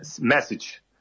message